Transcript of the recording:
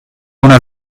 una